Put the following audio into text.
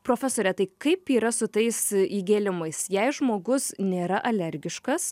profesore tai kaip yra su tais įgėlimais jei žmogus nėra alergiškas